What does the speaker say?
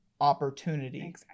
opportunity